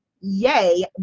yay